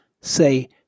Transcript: Say